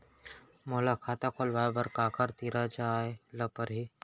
मोला खाता खोलवाय बर काखर तिरा जाय ल परही?